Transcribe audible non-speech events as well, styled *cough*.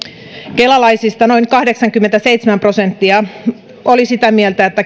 kelalaisista noin kahdeksankymmentäseitsemän prosenttia oli sitä mieltä että *unintelligible*